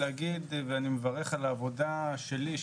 להגיד ואני מברך על העבודה שלי,